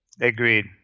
Agreed